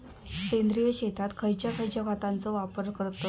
सेंद्रिय शेतात खयच्या खयच्या खतांचो वापर करतत?